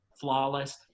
flawless